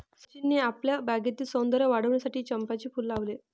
सचिनने आपल्या बागेतील सौंदर्य वाढविण्यासाठी चंपाचे फूल लावले